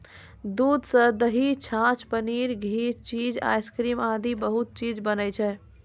दूध सॅ दही, छाछ, पनीर, घी, चीज, आइसक्रीम आदि बहुत चीज बनै छै